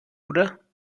oder